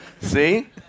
See